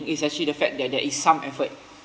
is actually the fact that there is some effort